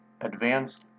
Advanced